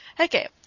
Okay